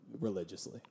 religiously